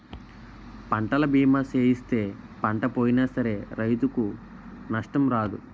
పంటల బీమా సేయిస్తే పంట పోయినా సరే రైతుకు నష్టం రాదు